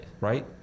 right